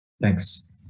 Thanks